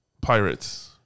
Pirates